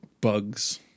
bugs